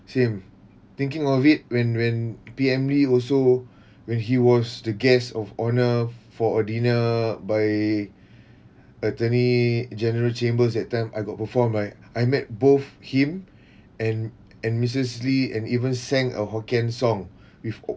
same thinking of it when when P_M lee also when he was the guest of honour for a dinner by attorney general chambers that time I got perform right I met both him and and missus lee and even sang a hokkien song with